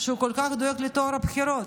שכל כך דואג לטוהר הבחירות.